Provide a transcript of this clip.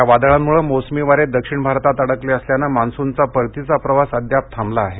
या वादळांमुळे मोसमी वारे दक्षिण भारतात अडकले असल्यानं मान्सूनचा परतीचा प्रवास अजूनही थांबलेला आहे